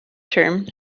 term